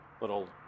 little